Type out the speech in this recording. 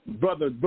brother